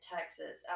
Texas